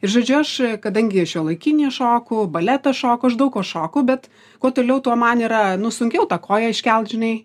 ir žodžiu aš kadangi šiuolaikinį šoku baletą šoku aš daug ko šoku bet kuo toliau tuo man yra sunkiau tą koją iškelt žinai